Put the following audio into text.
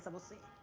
um will sing